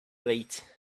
late